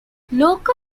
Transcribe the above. local